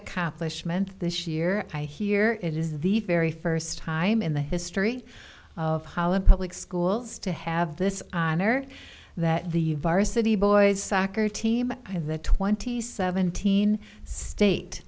accomplishment this year i hear it is the very first time in the history of holland public schools to have this honor that the virus city boys soccer team in the twenty seventeen state